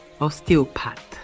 osteopath